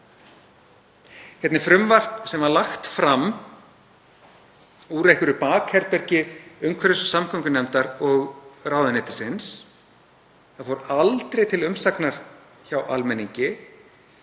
Hérna er frumvarp sem var lagt fram úr einhverju bakherbergi umhverfis- og samgöngunefndar og ráðuneytisins. Það fór aldrei til umsagnar hjá almenningi.